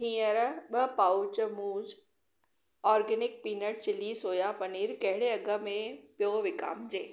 हींअर ॿ पाउच मूज़ organic peanut chilli soya paneer कहिड़े अघ में पियो विकामिजे